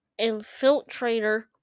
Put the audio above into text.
Infiltrator